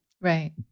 Right